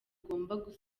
ugomba